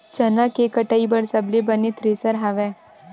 चना के कटाई बर सबले बने थ्रेसर हवय?